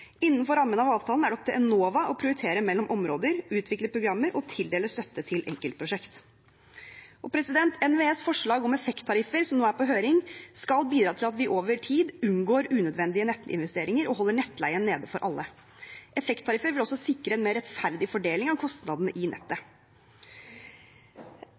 Innenfor rammene av avtalen er det opp til Enova å prioritere mellom områder, utvikle programmer og tildele støtte til enkeltprosjekter. NVEs forslag om effekttariffer, som nå er på høring, skal bidra til at vi over tid unngår unødvendige nettinvesteringer og holder nettleien nede for alle. Effekttariffer vil også sikre en mer rettferdig fordeling av kostnadene i nettet.